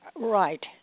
Right